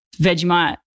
Vegemite